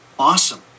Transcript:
Awesome